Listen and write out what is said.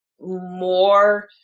more